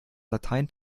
latein